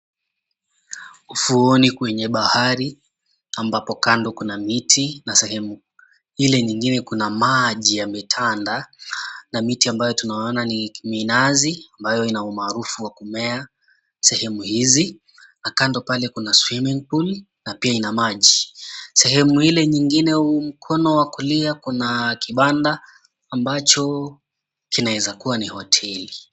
Ufuoni kwenye bahari, ambapo kando kuna miti na sehemu ile nyingine kuna maji yametanda na miti ambayo tunaiona ni minazi ambayo ina umaarufu wa kumea sehemu hizi. Kando pale kuna swimming pool na pia ina maji. Sehemu ile nyingine mkono wa kulia kuna kibanda ambacho kinaeza kua ni hoteli.